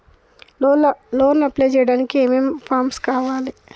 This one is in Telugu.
లోన్ అప్లై చేయడానికి ఏం ఏం ఫామ్స్ కావాలే?